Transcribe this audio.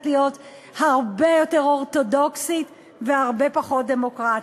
להיות הרבה יותר אורתודוקסית והרבה פחות דמוקרטית.